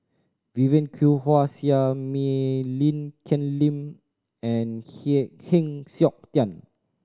Vivien Quahe Seah Mei Lin Ken Lim and Heng Siok Tian